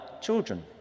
children